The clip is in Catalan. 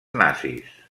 nazis